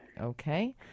Okay